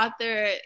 author